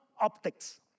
optics